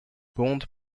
bond